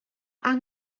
angen